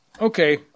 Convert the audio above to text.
Okay